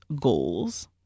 goals